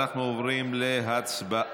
אנחנו עוברים להצבעה